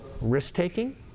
risk-taking